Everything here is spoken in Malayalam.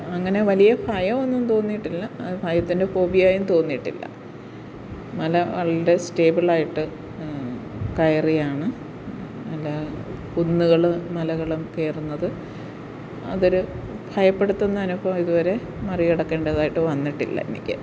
അങ്ങനെ വലിയ ഭയമൊന്നും തോന്നിയിട്ടില്ല ഭയത്തിൻ്റെ ഫോബിയായും തോന്നിയിട്ടില്ല മല വളരെ സ്റ്റേബിളായിട്ട് കയറിയാണ് പല കുന്നുകളും മലകളും കയറുന്നത് അതൊരു ഭയപ്പെടുത്തുന്ന അനുഭവം ഇതുവരെ മറികടക്കേണ്ടതായിട്ട് വന്നിട്ടില്ല എനിക്ക്